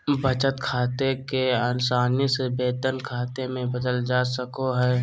बचत खाते के आसानी से वेतन खाते मे बदलल जा सको हय